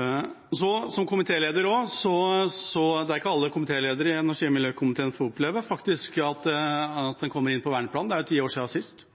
framover. Som komitéleder vil jeg si at det er ikke alle komitéledere i energi- og miljøkomiteen som får oppleve, faktisk, at en kommer inn på verneplanen. Det er ti år siden sist.